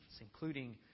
including